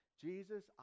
Jesus